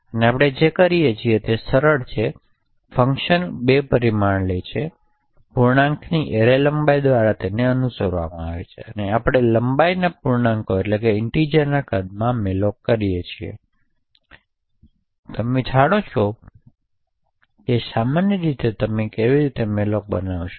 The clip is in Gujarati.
આપણે જે કરીએ છીએ તે સરળ છે ફંક્શન 2 પરિમાણો લે છે અને પૂર્ણાંકની એરે લંબાઈ દ્વારા અનુસરવામાં આવે છે અને પછી આપણે લંબાઈને પૂર્ણાંકોના કદમાં મેલોક કરીએ છીએ તમે જાણો છો કે સામાન્ય રીતે તમે કેવી રીતે મેલોક બનાવશો